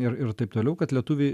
ir ir taip toliau kad lietuviai